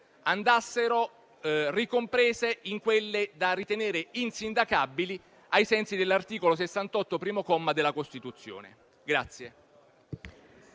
andassero ricomprese in quelle da ritenere insindacabili, ai sensi dell'articolo 68, primo comma, della Costituzione.